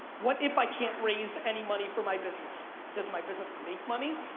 what if i can't raise any money for my business, does my business make money?